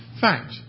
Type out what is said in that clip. fact